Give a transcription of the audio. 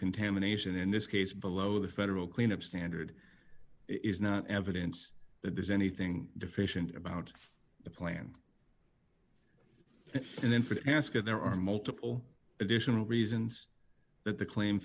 contamination in this case below the federal clean up standard is not evidence that there's anything deficient about the plan and then for the task there are multiple additional reasons that the claim